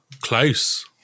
Close